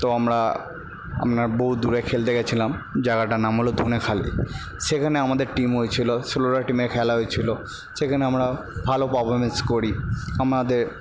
তো আমরা আমরা বহুত দূরে খেলতে গেছিলাম জায়গাটির নাম হলো ধনেখালি সেখানে আমাদের টিম হয়েছিলো ষোলোটা টিমে খেলা হয়েছিলো সেখানে আমরা ভালো পারফরমেন্স করি আমাদের